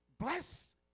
Bless